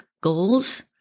goals